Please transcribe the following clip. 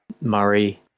Murray